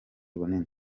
bunini